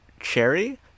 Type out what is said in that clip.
Cherry